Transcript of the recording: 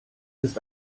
ist